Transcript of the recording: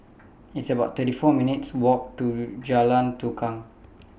It's about thirty four minutes' Walk to Jalan Tukang